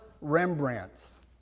Rembrandt's